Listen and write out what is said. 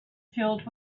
filled